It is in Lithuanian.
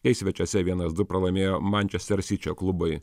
kai svečiuose vienas du pralaimėjo manchester sičio klubui